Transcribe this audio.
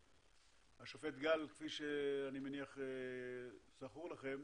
השופט גל, כפי שאני מניח, זכור לכם,